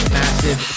massive